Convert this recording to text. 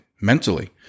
mentally